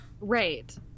right